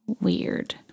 weird